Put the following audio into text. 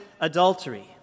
Adultery